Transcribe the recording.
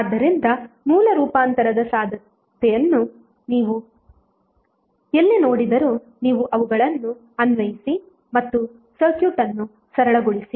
ಆದ್ದರಿಂದ ಮೂಲ ರೂಪಾಂತರದ ಸಾಧ್ಯತೆಯನ್ನು ನೀವು ಎಲ್ಲಿ ನೋಡಿದರೂ ನೀವು ಅವುಗಳನ್ನು ಅನ್ವಯಿಸಿ ಮತ್ತು ಸರ್ಕ್ಯೂಟ್ ಅನ್ನು ಸರಳಗೊಳಿಸಿ